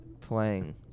playing